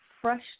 fresh